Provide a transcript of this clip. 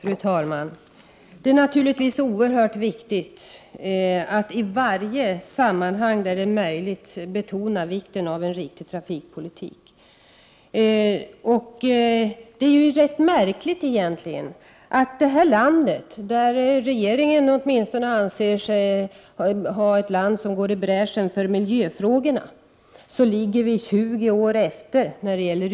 Fru talman! Det är naturligtvis oerhört viktigt att i varje sammanhang där det är möjligt betona vikten av en riktig trafikpolitik. Det är egentligen rätt märkligt att vi i Sverige, ett land som åtminstone regeringen anser går i bräschen för miljöfrågorna, ligger 20 år efter i utvecklingen av det mest Prot.